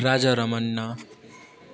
Raja Ramanna